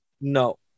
No